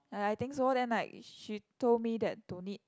I I think so then like she told me that don't need